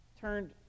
turned